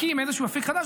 מקים איזשהו אפיק חדש,